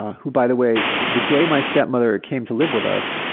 who by the way the day my stepmother came to live with us,